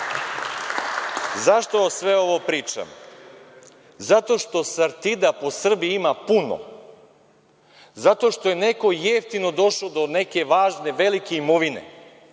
duga.Zašto sve ovo pričam? Zato što „Sartida“ po Srbiji ima puno, zato što je neko jeftino došao do neke važne, velike imovine,